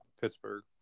Pittsburgh